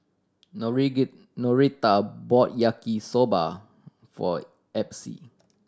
get Noreta bought Yaki Soba for Epsie